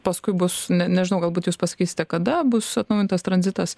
paskui bus ne nežinau galbūt jūs pasakysite kada bus atnaujintas tranzitas